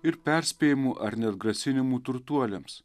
ir perspėjimų ar net grasinimų turtuoliams